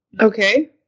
Okay